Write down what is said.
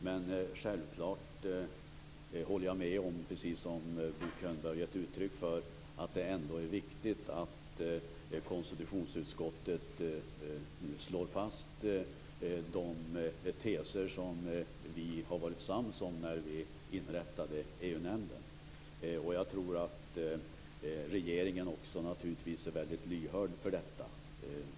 Men självfallet håller jag med om - precis som Bo Könberg har gett uttryck för - att det är viktigt att konstitutionsutskottet slår fast de teser som vi var ense om när EU-nämnden inrättades. Jag tror också att regeringen är väldigt lyhörd för detta.